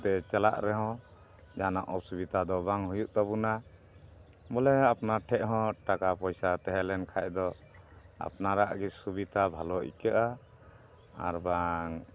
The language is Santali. ᱛᱮ ᱪᱟᱞᱟᱜ ᱨᱮᱦᱚᱸ ᱡᱟᱦᱟᱱᱟᱜ ᱚᱥᱩᱵᱤᱛᱟ ᱫᱚ ᱵᱟᱝ ᱦᱩᱭᱩᱜ ᱛᱟᱵᱚᱱᱟ ᱵᱚᱞᱮ ᱟᱯᱱᱟᱨ ᱴᱷᱮᱱ ᱦᱚᱸ ᱴᱟᱠᱟ ᱯᱚᱭᱥᱟ ᱛᱟᱦᱮᱸ ᱞᱮᱱᱠᱷᱟᱱ ᱫᱚ ᱟᱯᱱᱟᱨᱟᱜ ᱜᱮ ᱥᱩᱵᱤᱛᱟ ᱵᱷᱟᱞᱚ ᱟᱹᱭᱠᱟᱹᱜᱼᱟ ᱟᱨ ᱵᱟᱝ